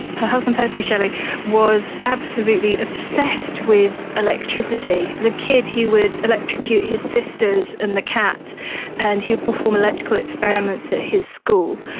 her husband percy shelley was absolutely obsessed with electricity. as a kid he would electrocute his sisters and the cat and he would perform electrical experiments at his school.